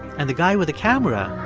and the guy with a camera,